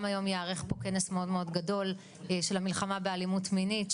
גם היום ייערך פה כנס גדול מאוד של המלחמה באלימות מינית,